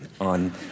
on